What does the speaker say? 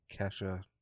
Kesha